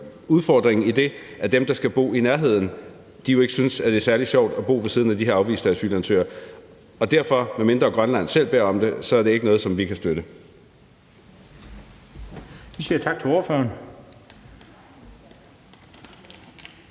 udfordringen med, at dem, der skal bo i nærheden, jo ikke synes, det er særlig sjovt at bo ved siden af de her afviste asylansøgere. Og derfor er det, medmindre Grønland selv beder om det, ikke noget, som vi kan støtte. Kl. 14:12 Den fg.